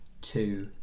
two